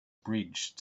bridge